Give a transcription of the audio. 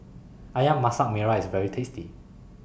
Ayam Masak Merah IS very tasty